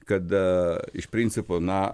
kada iš principo na